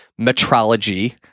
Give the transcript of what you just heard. metrology